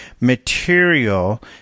material